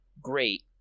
Great